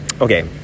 okay